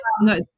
No